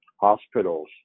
hospitals